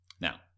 Now